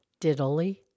Diddly